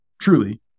truly